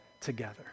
together